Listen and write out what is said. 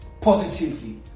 positively